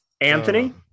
anthony